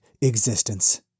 existence